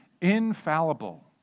infallible